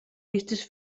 visites